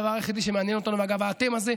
דבר אחד לנגד העיניים: אתם,